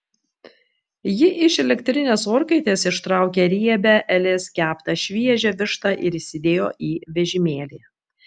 ji iš elektrinės orkaitės ištraukė riebią elės keptą šviežią vištą ir įsidėjo į vežimėlį